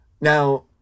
Now